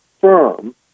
firm